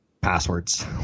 passwords